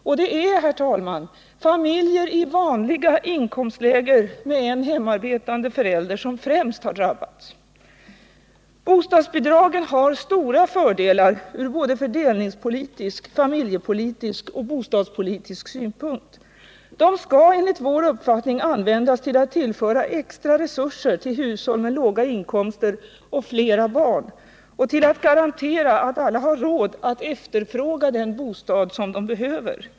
Och det är familjer i vanliga inkomstlägen med en hemarbetande förälder som främst har drabbats. Bostadsbidragen har stora fördelar ur både fördelningspolitisk, familjepolitisk och bostadspolitisk synpunkt. De skall enligt vår uppfattning användas till att tillföra extra resurser till hushåll med låga inkomster och flera barn och till att garantera att alla har råd att efterfråga den bostad som de behöver.